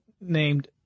named